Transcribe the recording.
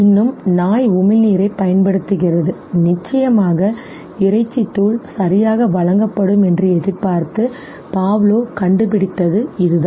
இன்னும் நாய் உமிழ்நீரைப் பயன்படுத்துகிறது நிச்சயமாக இறைச்சி தூள் சரியாக வழங்கப்படும் என்று எதிர்பார்த்து Pavlov கண்டுபிடித்தது இதுதான்